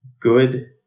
good